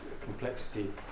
complexity